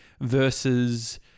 versus